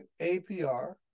APR